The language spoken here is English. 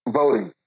voting